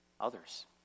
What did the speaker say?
others